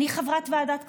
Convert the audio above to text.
אני חברת ועדת כספים,